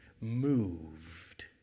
moved